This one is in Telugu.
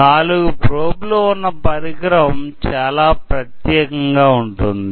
నాలుగు ప్రోబ్లు ఉన్న పరికరం చాలా ప్రత్యేకంగా ఉంటుంది